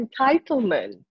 entitlement